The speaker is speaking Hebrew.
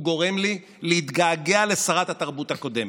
הוא גורם לי להתגעגע לשרת התרבות הקודמת.